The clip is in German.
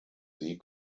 sie